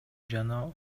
жана